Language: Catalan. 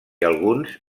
alguns